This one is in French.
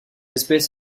espèce